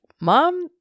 mom